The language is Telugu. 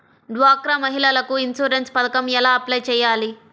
డ్వాక్రా మహిళలకు ఇన్సూరెన్స్ పథకం ఎలా అప్లై చెయ్యాలి?